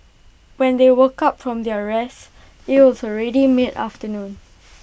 when they woke up from their rest IT was already mid afternoon